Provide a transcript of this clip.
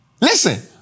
Listen